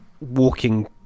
walking